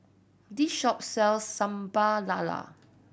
this shop sells Sambal Lala